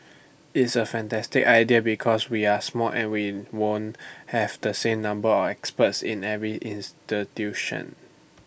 it's A fantastic idea because we're small and we won't have the same number of experts in every institution